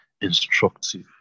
instructive